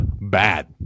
bad